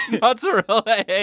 mozzarella